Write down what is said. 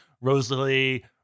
Rosalie